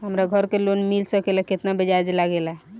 हमरा घर के लोन मिल सकेला केतना ब्याज लागेला?